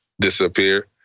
Disappear